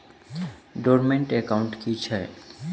Dormant account की छैक?